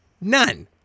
None